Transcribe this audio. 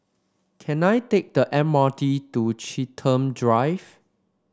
can I take the M R T to Chiltern Drive